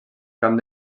camp